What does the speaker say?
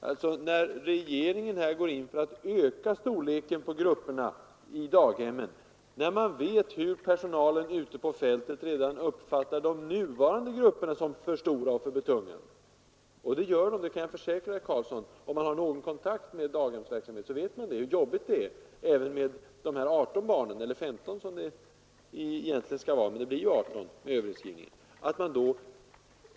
Regeringen går in för att öka storleken på grupperna i daghemmen, men jag kan försäkra herr Karlsson att personalen ute på fältet uppfattar redan de nuvarande grupperna som för stora och för betungande. Om man har någon kontakt med daghemsverksamhet vet man också hur jobbigt det är med de här 18 barnen — eller 15 som det egentligen skall vara, men det blir 18 på grund av överinskrivningen.